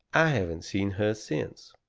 i haven't seen her since.